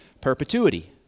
perpetuity